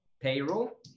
payroll